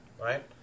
right